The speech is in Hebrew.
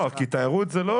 תיירות זה לא